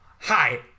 hi